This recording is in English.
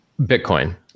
Bitcoin